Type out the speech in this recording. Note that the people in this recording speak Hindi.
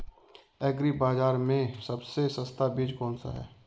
एग्री बाज़ार में सबसे सस्ता बीज कौनसा है?